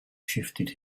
shifted